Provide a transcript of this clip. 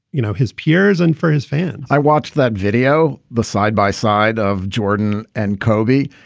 you know, his peers and for his fans i watched that video the side by side of jordan and kobe.